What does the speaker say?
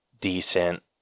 decent